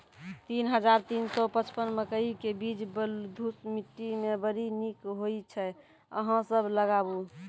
तीन हज़ार तीन सौ पचपन मकई के बीज बलधुस मिट्टी मे बड़ी निक होई छै अहाँ सब लगाबु?